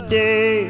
day